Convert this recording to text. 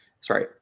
Sorry